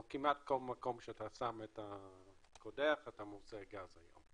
אבל כמעט כל מקום שאתה קודח אתה מוצא גז היום,